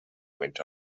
went